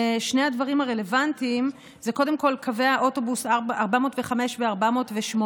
שני הדברים הרלוונטיים זה קודם כול קווי האוטובוס 405 ו-408.